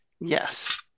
Yes